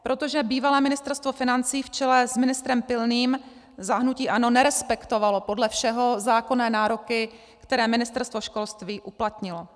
Protože bývalé Ministerstvo financí v čele s ministrem Pilným za hnutí ANO nerespektovalo podle všeho zákonné nároky, které Ministerstvo školství uplatnilo.